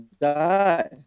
die